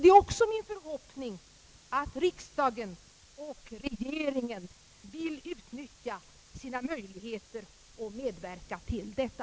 Det är också min förhoppning att riksdagen — och regeringen — vill utnyttja sina möjligheter att medverka till detta.